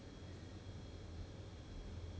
不懂 leh like with her also